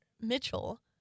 Mitchell